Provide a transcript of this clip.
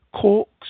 Corks